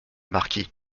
marquis